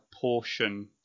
portion